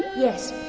yes!